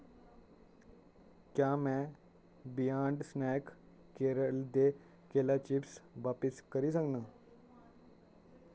क्या में Beyond Snack Kerala दे केला चिप्स बापस करी सकनां